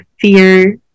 fear